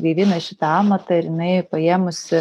gaivina šitą amatą ir jinai paėmusi